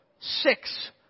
six